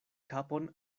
kapon